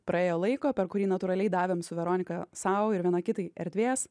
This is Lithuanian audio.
praėjo laiko per kurį natūraliai davėm su veronika sau ir viena kitai erdvės